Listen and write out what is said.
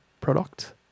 product